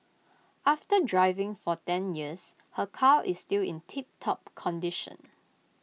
after driving for ten years her car is still in tiptop condition